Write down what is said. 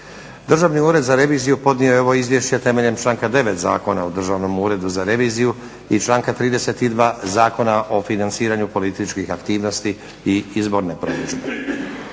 Državni ured za reviziju podnio je ovo Izvješće temeljem članka 9. Zakona o državnom uredu za reviziju i članka 32. Zakona o financiranju političkih aktivnosti i izborne promidžbe.